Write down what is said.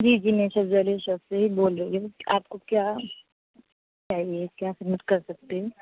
جی جی میں سبزی والے شاپ سے بول رہی ہوں آپ کو کیا چاہیے کیا خدمت کر سکتی ہوں